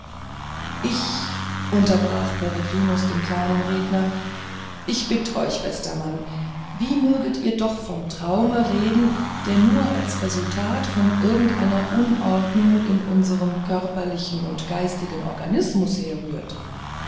ich unterbrach peregrinus den kleinen redner ich bitt euch bester mann wie möget ihr doch vom traume reden der nur als resultat irgendeiner unordnung in unserm körperlichen oder geistigen organismus herrührt